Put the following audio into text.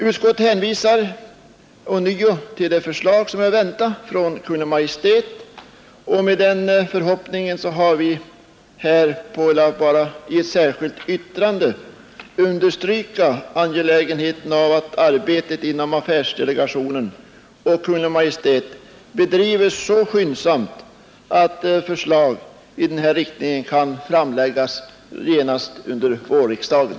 Utskottet hänvisar också till det förslag som är att vänta från Kungl. Maj:t. Med hänsyn till detta har vi i ett särskilt yttrande understrukit angelägenheten av att arbetet inom affärsverksdelegationen och hos Kungl. Maj:t bedrives så skyndsamt att förslag i denna riktning kan framläggas senast under vårriksdagen.